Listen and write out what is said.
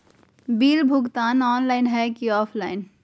Bill भुगतान online है की ऑफलाइन?